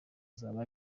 azaba